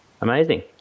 Amazing